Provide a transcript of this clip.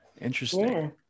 interesting